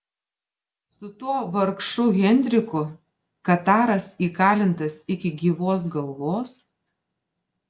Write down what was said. su tuo vargšu henriku kataras įkalintas iki gyvos galvos